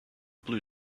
blue